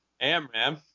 Amram